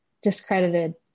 discredited